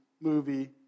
movie